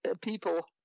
people